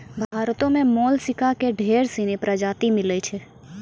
भारतो में मोलसका के ढेर सिनी परजाती मिलै छै